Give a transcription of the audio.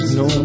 no